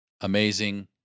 amazing